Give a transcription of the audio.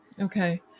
Okay